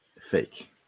Fake